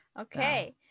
okay